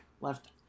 left